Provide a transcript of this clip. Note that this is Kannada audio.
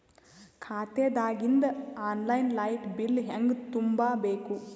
ಖಾತಾದಾಗಿಂದ ಆನ್ ಲೈನ್ ಲೈಟ್ ಬಿಲ್ ಹೇಂಗ ತುಂಬಾ ಬೇಕು?